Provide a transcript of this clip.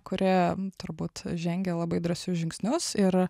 kurioje turbūt žengia labai drąsius žingsnius ir